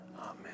Amen